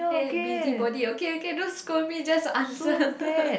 k busybody okay okay don't scold me just answer